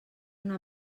una